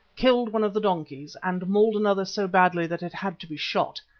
killed one of the donkeys and mauled another so badly that it had to be shot,